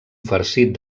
farcit